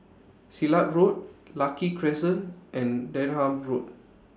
Silat Road Lucky Crescent and Denham Road